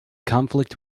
conflict